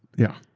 yeah,